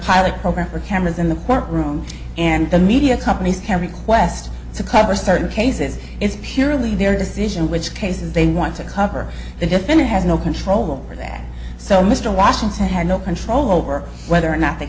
pilot program for cameras in the courtroom and the media companies can request to cover certain cases it's purely their decision which cases they want to cover the defendant has no control over that so mr washington had no control over whether or not the